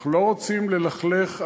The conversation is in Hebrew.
אנחנו לא רוצים ללכלך אנשים,